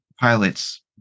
pilots